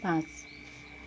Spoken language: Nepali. पाँच